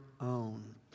own